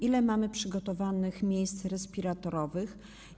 Ile mamy przygotowanych miejsc respiratorowych?